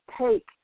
take